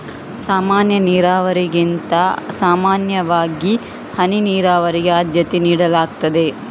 ಸಾಮಾನ್ಯ ನೀರಾವರಿಗಿಂತ ಸಾಮಾನ್ಯವಾಗಿ ಹನಿ ನೀರಾವರಿಗೆ ಆದ್ಯತೆ ನೀಡಲಾಗ್ತದೆ